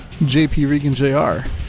jpreganjr